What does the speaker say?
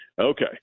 Okay